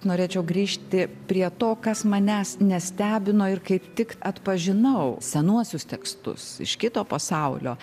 norėčiau grįžti prie to kas manęs nestebino ir kaip tik atpažinau senuosius tekstus iš kito pasaulio